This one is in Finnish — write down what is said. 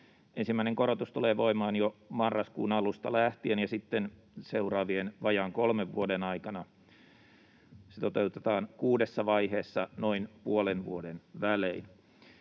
Ensimmäinen korotus tulee voimaan jo marraskuun alusta lähtien ja sitten seuraavien vajaan kolmen vuoden aikana. Se toteutetaan kuudessa vaiheessa noin puolen vuoden välein.